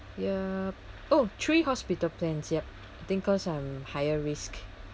yup oh three hospital plans yup I think cause I'm higher risk